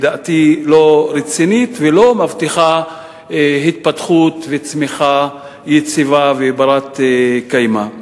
רצינית ולא מבטיחה התפתחות וצמיחה יציבה ובת-קיימא.